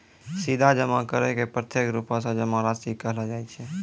सीधा जमा करै के प्रत्यक्ष रुपो से जमा राशि कहलो जाय छै